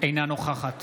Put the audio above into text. אינה נוכחת